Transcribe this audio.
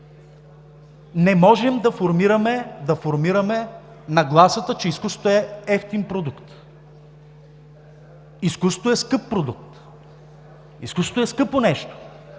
Не можем да формираме нагласата, че изкуството е евтин продукт. Изкуството е скъп продукт. Изкуството е скъпо нещо!